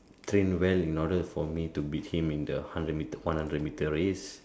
train well in order for me to beat him in the hundred metre one hundred metre race